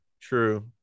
True